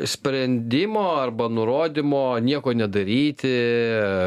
sprendimo arba nurodymo nieko nedaryti